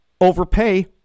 overpay